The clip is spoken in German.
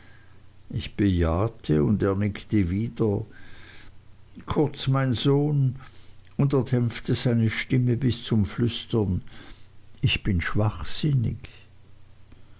ich bejahte und er nickte wieder kurz mein sohn und er dämpfte seine stimme bis zum flüstern ich bin schwachsinnig